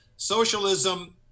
socialism